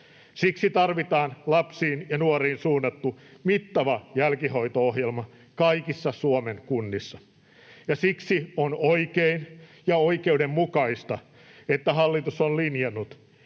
Siksi tarvitaan lapsiin ja nuoriin suunnattu mittava jälkihoito-ohjelma kaikissa Suomen kunnissa, ja siksi on oikein ja oikeudenmukaista, että hallitus on linjannut,